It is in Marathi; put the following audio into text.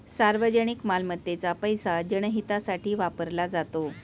सार्वजनिक मालमत्तेचा पैसा जनहितासाठी वापरला जातो